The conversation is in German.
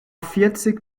vierzig